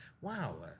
wow